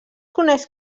coneix